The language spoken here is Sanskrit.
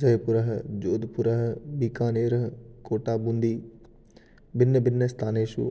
जयपुरः जोध्पुरः बीकानेरः कोटाबून्दी भिन्नभिन्नस्थानेषु